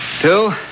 two